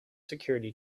security